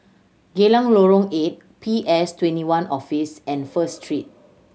Geylang Lorong Eight P S Twenty one Office and First Street